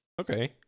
Okay